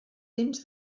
temps